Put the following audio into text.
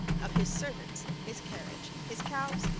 of his servants, his carriage, his cows,